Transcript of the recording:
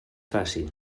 faci